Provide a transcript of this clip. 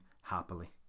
happily